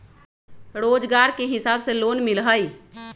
रोजगार के हिसाब से लोन मिलहई?